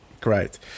Great